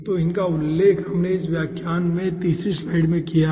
तो इनका उल्लेख हमने इस व्याख्यान की तीसरी स्लाइड में किया है